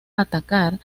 atacar